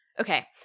okay